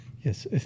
Yes